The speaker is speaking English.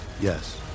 Yes